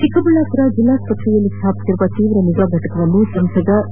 ಚಿಕ್ಕಬಳ್ಳಾಪುರ ಜೆಲ್ಲಾ ಆಸ್ತ್ರೆಯಲ್ಲಿ ಸ್ವಾಪಿಸಿರುವ ತೀವ್ರ ನಿಗಾ ಘಟಕವನ್ನು ಸಂಸದ ಡಾ